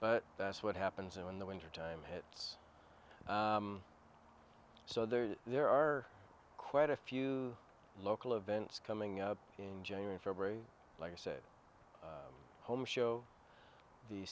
but that's what happens in the wintertime hits so there are there are quite a few local events coming up in january february like say home show the